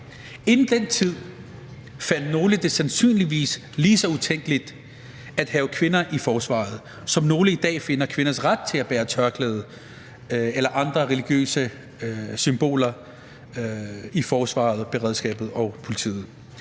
Inden den tid fandt nogle det sandsynligvis lige så utænkeligt at have kvinder i forsvaret, som nogle i dag finder kvinders ret til at bære tørklæde eller andre religiøse symboler i forsvaret, beredskabet og politiet.